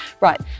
right